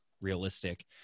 realistic